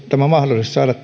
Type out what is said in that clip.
mahdollisuus saada